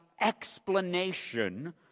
explanation